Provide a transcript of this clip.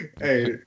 Hey